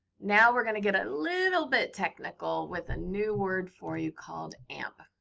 now, we're going to get a little bit technical with a new word for you called amp.